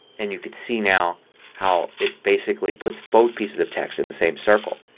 and you can see now how it basically puts both pieces of text in the same circle.